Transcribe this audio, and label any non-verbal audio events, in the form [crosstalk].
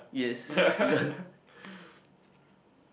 yeah [laughs]